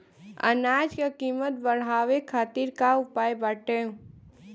अनाज क कीमत बढ़ावे खातिर का उपाय बाटे?